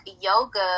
yoga